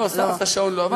לא הוספת, השעון לא עבד.